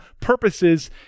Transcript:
purposes